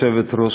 כבוד היושבת-ראש,